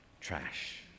Trash